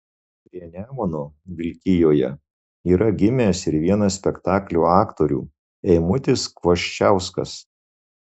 prie nemuno vilkijoje yra gimęs ir vienas spektaklio aktorių eimutis kvoščiauskas